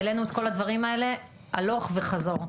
העלינו את כל הדברים האלה הלוך וחזור.